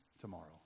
tomorrow